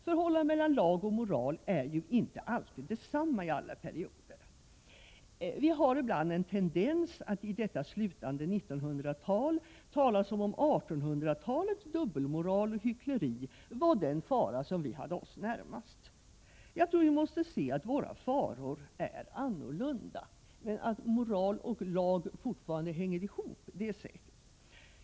Förhållandet mellan lag och moral är inte alltid detsamma under alla perioder. Vi har ibland en tendens att i detta slutande 1900-tal tala som om 1800-talets dubbelmoral och hyckleri vore den fara vi hade oss närmast. Jag tror att vi måste se att våra faror är annorlunda. Men att moral och lag fortfarande hänger ihop, det är säkert.